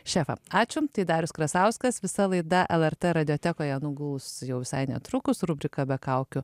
šefą ačiū tai darius krasauskas visa laida lrt radiotekoje nuguls jau visai netrukus rubrika be kaukių